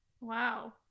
Wow